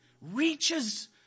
reaches